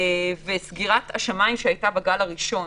סגירת השמיים שהייתה בגל הראשון,